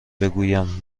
بگویم